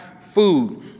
food